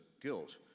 guilt